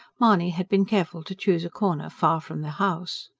mahony had been careful to choose a corner far from the house.